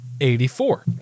84